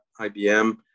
IBM